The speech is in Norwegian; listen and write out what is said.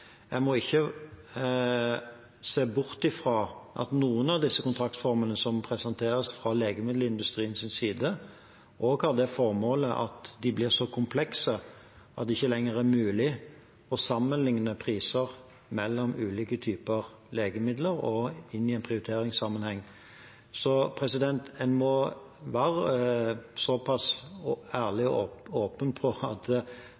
må ikke se bort fra at noen av de kontraktsformene som presenteres fra legemiddelindustriens side, også har det formålet at de blir så komplekse at det ikke lenger er mulig å sammenligne priser mellom ulike typer legemidler inn i en prioriteringssammenheng. En må være såpass ærlig og åpen på at noen ganger presenteres det